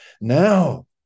Now